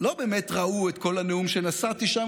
לא באמת ראו את כל הנאום שנשאתי שם,